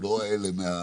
תודה, אדוני.